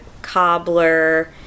cobbler